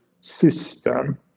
system